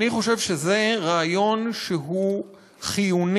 אני חושב שזה רעיון שהוא חיוני,